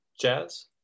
Jazz